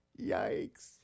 Yikes